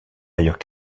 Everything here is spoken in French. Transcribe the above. ailleurs